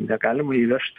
negalima įvežt